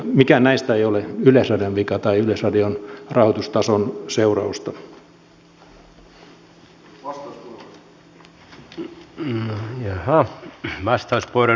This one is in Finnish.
mikään näistä ei ole yleisradion vika tai yleisradion rahoitustason seurausta